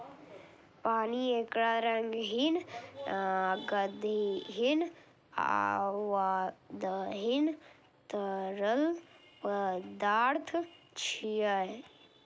पानि एकटा रंगहीन, गंधहीन आ स्वादहीन तरल पदार्थ छियै